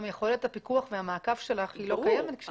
גם יכולת הפיקוח והמעקב שלך לא קיימת כשאת לא יודעת.